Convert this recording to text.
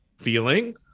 feeling